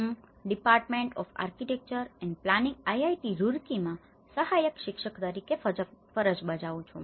મારું નામ રામ સતીશ છે અને હું Department of Architecture and Planning IIT Roorkee માં સહાયક શિક્ષક તરીકે ફરજ બજાવું છું